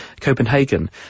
Copenhagen